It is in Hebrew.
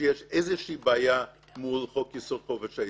שיש איזושהי בעיה מול חופש העיסוק.